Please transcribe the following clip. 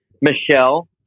Michelle